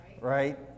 Right